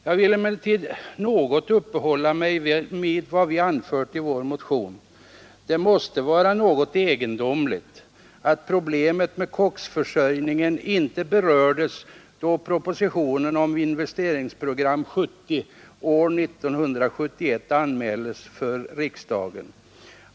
Jag vill emellertid något upphålla mig vid vad vi anfört i vår motion. Det måste vara något egendomligt att problemet med koksförsörjningen inte berördes då propositionen om Investeringsprogram 70 år 1971 anmäldes för riksdagen.